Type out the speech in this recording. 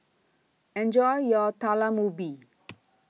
Enjoy your Talam Ubi